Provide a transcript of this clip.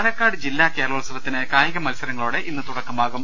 പാലക്കാട് ജില്ലാ കേരളോൽസവത്തിന് കായിക മത്സരങ്ങളോടെ ഇന്ന് തുടക്കമാകും